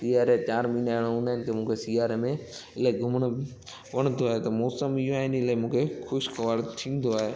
सीआरे जा चारि महीना हूंदा आहिनि त मूंखे सीआरे में इलाही घुमण वणंदो आहे त मौसमु इहो आहे न हिन लाइ मूंखे ख़ुशिगवार थींदो आहे